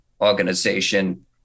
organization